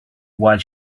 while